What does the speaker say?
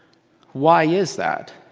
why is that.